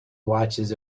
watches